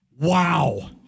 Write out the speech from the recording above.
Wow